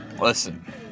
Listen